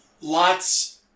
lots